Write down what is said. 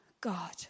God